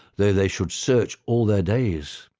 though they should search all their days.